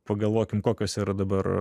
pagalvokim kokios yra dabar